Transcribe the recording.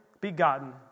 begotten